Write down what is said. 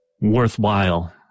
worthwhile